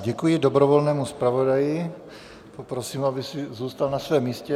Děkuji dobrovolnému zpravodaji, prosím, abyste zůstal na svém místě.